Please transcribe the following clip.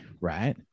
right